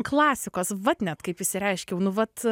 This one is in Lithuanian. klasikos vat net kaip išsireiškiau nu vat